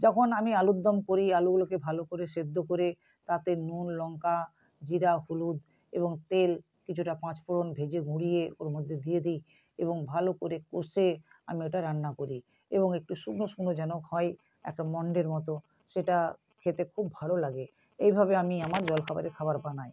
যখন আমি আলুরদম করি আলুগুলোকে ভালো করে সিদ্ধ করে তাতে নুন লঙ্কা জিরা হলুদ এবং তেল কিছুটা পাঁচফোড়ন ভেজে গুঁড়িয়ে ওর মধ্যে দিয়ে দিই এবং ভালো করে কষে আমি ওটা রান্না করি এবং একটু শুকনো শুকনো যেন হয় একটা মণ্ডের মতো সেটা খেতে খুব ভালো লাগে এইভাবে আমি আমার জলখাবারে খাবার বানাই